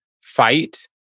fight